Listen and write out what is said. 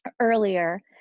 earlier